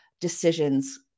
decisions